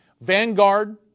Vanguard